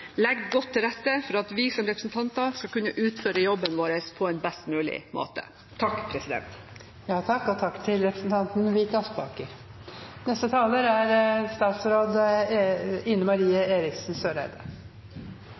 legger godt til rette for at vi som representanter skal kunne utføre jobben vår på en best mulig måte. Og takk til representanten